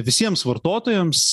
visiems vartotojams